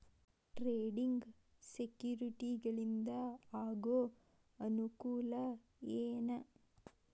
trading ಸೆಕ್ಯುರಿಟಿಗಳಿಂದ ಆಗೋ ಅನುಕೂಲ ಏನ